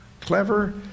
clever